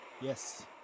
Yes